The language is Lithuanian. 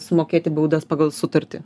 sumokėti baudas pagal sutartį